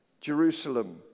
Jerusalem